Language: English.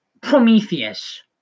Prometheus